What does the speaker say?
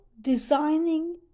designing